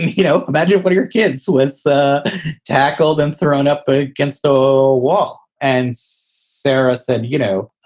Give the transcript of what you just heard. you know, imagine what your kids with tackled and thrown up against so a wall. and sarah said, you know,